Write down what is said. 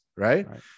Right